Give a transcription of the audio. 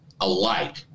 alike